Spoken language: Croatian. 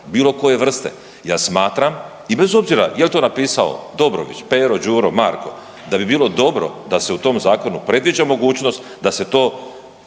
bilo koje vrste. Ja smatram i bez obzira jel to napisao Dobrović, Pero, Đuro, Marko, da bi bilo dobro da se u tom zakonu predviđa mogućnost da se to